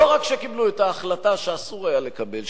לא רק שקיבלו את ההחלטה שאסור היה לקבל,